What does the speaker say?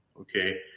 okay